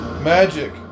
Magic